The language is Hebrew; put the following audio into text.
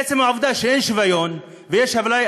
עצם העובדה שאין שוויון ויש אפליה,